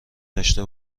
داشته